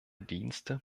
dienste